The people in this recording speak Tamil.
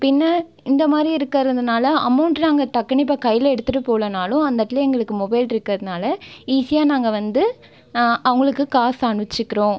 பின்னே இந்த மாதிரி இருக்கிறதுனால அமௌண்டை அங்கே டக்குனு இப்போ கையில் எடுத்துகிட்டு போகலனாலும் அந்த இடத்துல எங்களுக்கு மொபைல் இருக்கிறதுனால ஈஸியாக நாங்கள் வந்து அவர்களுக்கு காசை அனுப்பிச்சிக்குறோம்